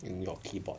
in your keyboard